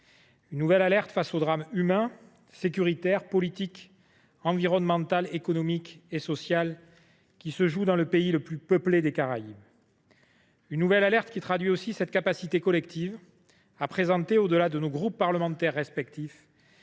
une nouvelle alerte face au drame humain, sécuritaire, politique, environnemental, économique et social qui se joue dans le pays le plus peuplé des Caraïbes ; une nouvelle alerte qui traduit aussi notre capacité collective à adopter, au delà de nos appartenances politiques